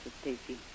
Stacy